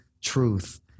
truth